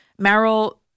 Meryl